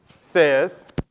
says